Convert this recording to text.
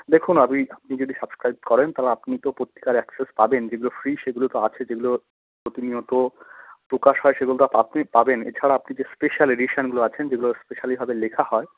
দেখুন আপনি যদি সাবস্ক্রাইব করেন তবে আপনি তো পত্রিকার অ্যাক্সেস পাবেন যেগুলো ফ্রি সেগুলো তো আছে যেগুলো প্রতিনিয়ত প্রকাশ হয় সেগুলো তো আপনি পাবেন এছাড়া আপনি যে স্পেশাল এডিশনগুলো আছেন যেগুলো এস্পেশালিভাবে লেখা হয়